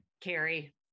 carrie